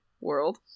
world